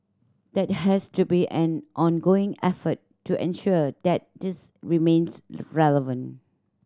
that has to be an ongoing effort to ensure that this remains relevant